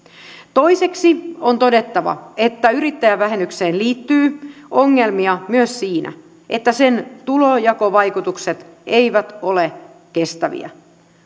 toiseksi on todettava että yrittäjävähennykseen liittyy ongelmia myös siinä että sen tulonjakovaikutukset eivät ole kestäviä